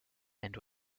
and